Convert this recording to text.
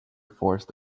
forced